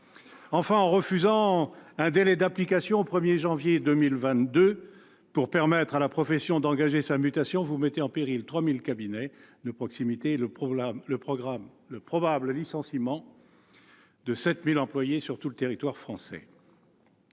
en refusant un délai d'application au 1janvier 2022 pour permettre à la profession d'engager sa mutation, vous mettez en péril 3 000 cabinets de proximité et le probable licenciement de 7 000 employés sur tout le territoire français.